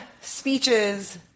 speeches